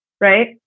right